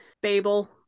babel